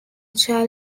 child